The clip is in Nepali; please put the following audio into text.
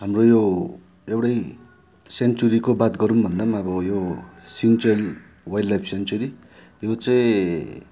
हाम्रो यो एउटै सेन्चुरीको बात गरौँ भन्दा अब यो सिन्चेल वाइल्ड लाइफ सेन्चुरी यो चाहिँ